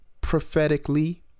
prophetically